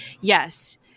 yes